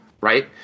right